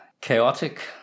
chaotic